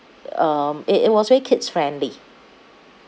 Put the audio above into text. um it it was very kids friendly